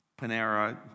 Panera